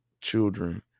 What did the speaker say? children